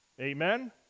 Amen